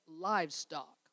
livestock